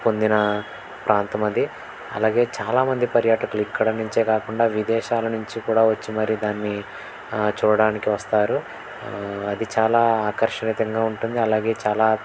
పొందిన ప్రాంతం అది అలాగే చాలామంది పర్యాటకులు ఇక్కడ నుంచే కాకుండా విదేశాల నుంచి కూడా వచ్చి మరీ దాన్ని చూడడానికి వస్తారు అది చాలా ఆకర్షణీయంగా ఉంటుంది అలాగే చాలా